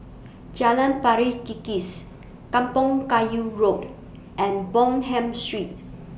Jalan Pari Kikis Kampong Kayu Road and Bonham Street